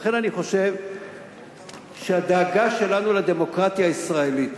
לכן, אני חושב שהדאגה שלנו לדמוקרטיה הישראלית